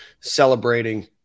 celebrating